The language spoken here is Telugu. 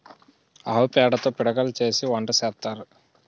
ఆవు పేడతో పిడకలు చేసి వంట సేత్తారు